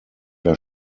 der